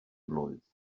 blwydd